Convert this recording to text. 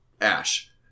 Ash